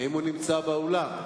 האם הוא נמצא באולם?